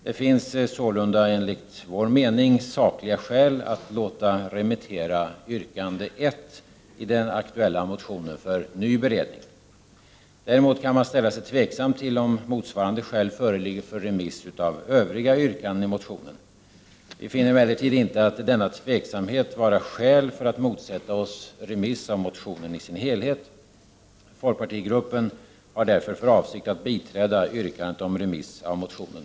Det finns således enligt vår mening sakliga skäl att låta remittera yrkande 1 i den aktuella motionen för ny beredning. Däremot kan man ställa sig tveksam till om motsvarande skäl föreligger för remiss av övriga yrkanden i motionen. Vi finner emellertid inte denna tveksamhet vara skäl för att vi skulle motsätta oss remiss av motionen i dess helhet. Folkpartigruppen har därför för avsikt att biträda yrkandet om remiss av motionen.